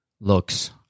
looks